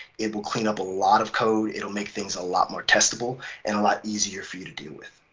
it will clean up a lot of code, it'll make things a lot more testable and a lot easier for you to deal with.